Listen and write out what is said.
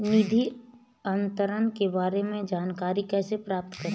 निधि अंतरण के बारे में जानकारी कैसे प्राप्त करें?